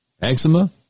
eczema